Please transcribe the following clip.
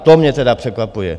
To mě tedy překvapuje.